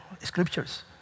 scriptures